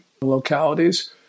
localities